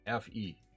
FE